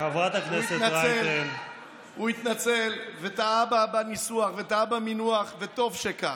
הוא התנצל, וטעה בניסוח, וטעה במינוח, וטוב שכך.